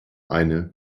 eine